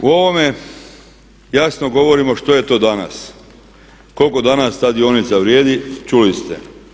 U ovome jasno govorimo što je to danas, koliko danas ta dionica vrijedi, čuli ste.